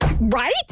Right